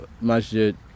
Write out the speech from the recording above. masjid